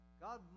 God